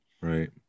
Right